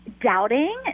doubting